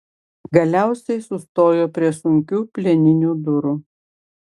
galiausiai sustojo prie sunkių plieninių durų